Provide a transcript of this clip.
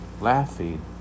laughing